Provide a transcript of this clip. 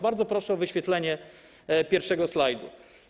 Bardzo proszę o wyświetlenie pierwszego slajdu.